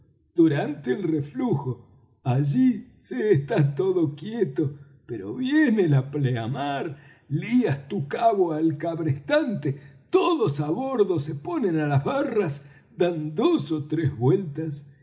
durante el reflujo allí se está todo quieto pero viene la pleamar lías tu cabo al cabrestante todos á bordo se ponen á las barras dan dos ó tres vueltas